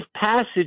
passage